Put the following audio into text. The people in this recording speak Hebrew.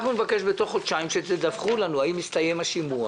בתוך חודשיים שתדווחו לנו האם הסתיים השימוע,